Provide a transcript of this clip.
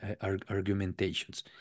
Argumentations